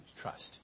Trust